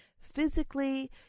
Physically